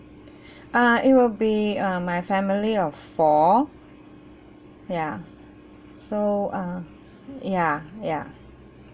err it will be uh my family of four ya so uh ya ya